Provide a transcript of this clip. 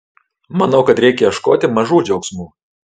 manau kad reikia ieškoti mažų džiaugsmų